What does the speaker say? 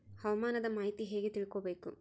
ಹವಾಮಾನದ ಮಾಹಿತಿ ಹೇಗೆ ತಿಳಕೊಬೇಕು?